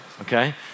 okay